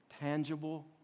tangible